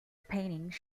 paintings